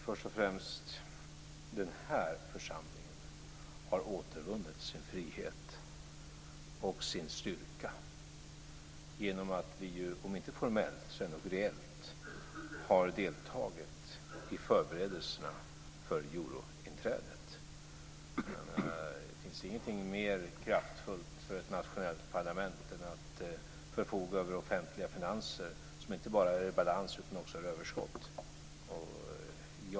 Herr talman! Först och främst: Den här församlingen har återvunnit sin frihet och sin styrka genom att vi, om inte formellt så ändock reellt, har deltagit i förberedelserna för euro-inträdet. Det finns inget som stärker ett nationellt parlament mer än att förfoga över offentliga finanser som inte bara är i balans utan som också ger överskott.